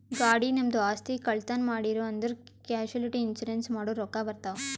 ಗಾಡಿ, ನಮ್ದು ಆಸ್ತಿ, ಕಳ್ತನ್ ಮಾಡಿರೂ ಅಂದುರ್ ಕ್ಯಾಶುಲಿಟಿ ಇನ್ಸೂರೆನ್ಸ್ ಮಾಡುರ್ ರೊಕ್ಕಾ ಬರ್ತಾವ್